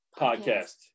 podcast